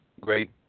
great